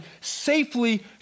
safely